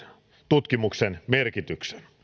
tutkimuksen merkityksen